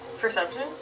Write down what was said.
Perception